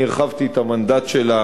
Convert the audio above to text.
אני הרחבתי את המנדט שלה